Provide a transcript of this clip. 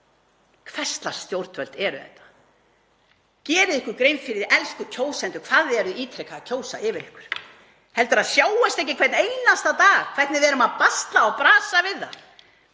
Hvers lags stjórnvöld eru þetta? Gerið ykkur grein fyrir því, elsku kjósendur, hvað þið eruð ítrekað að kjósa yfir ykkur. Heldurðu að sjáist ekki hvern einasta dag hvernig við erum að basla og brasa við það